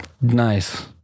Nice